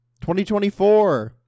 2024